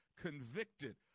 Convicted